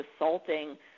assaulting